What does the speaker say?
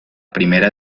primera